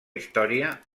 història